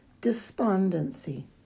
despondency